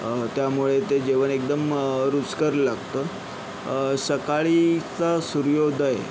त्यामुळे ते जेवण एकदम रुचकर लागतं सकाळचा सूर्योदय